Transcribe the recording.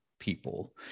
people